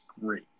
great